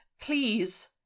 please